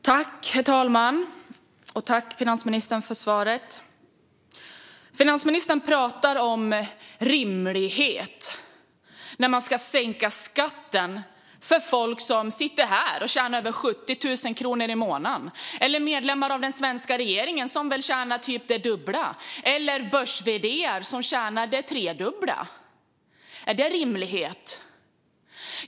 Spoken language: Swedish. Herr talman! Tack, finansministern, för svaret! Finansministern pratar om rimlighet när man ska sänka skatten för folk som sitter här och tjänar över 70 000 kronor i månaden, för medlemmar av den svenska regeringen, som väl tjänar det dubbla, eller för börs-vd:ar, som tjänar det tredubbla. Är det rimlighet?